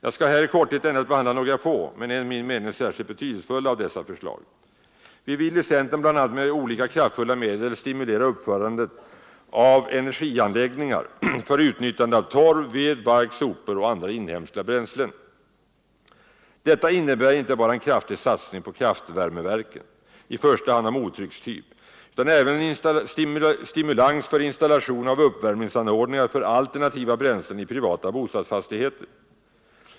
Jag skall här i korthet endast behandla några få, men enligt min mening särskilt betydelsefulla, av dessa förslag. Vi vill i centern bl.a. med olika, kraftfulla medel stimulera uppförandet av energianläggningar för utnyttjande av torv, ved, bark, sopor och andra inhemska bränslen. Detta innebär inte bara en kraftig satsning på kraftvärmeverken, i första hand av mottryckstyp, utan även stimulans för installation av uppvärmningsanordningar för alternativa bränslen i privata bostadsfastigheter.